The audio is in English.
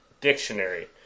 Dictionary